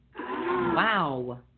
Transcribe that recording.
Wow